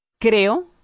Creo